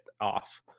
off